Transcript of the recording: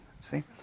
See